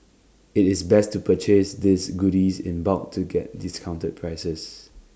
IT is best to purchase these goodies in bulk to get discounted prices